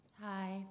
Hi